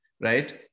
right